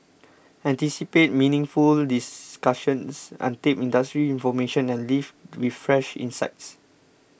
anticipate meaningful discussions untapped industry information and leave with fresh insights